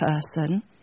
person